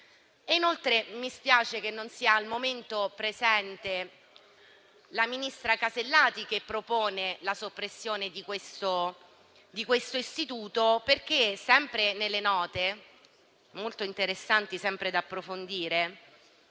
Aula. Mi spiace che non sia al momento presente la ministra Alberti Casellati, che propone la soppressione di questo istituto, perché - sempre nelle note, molto interessanti e da approfondire